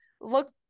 look